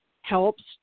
helps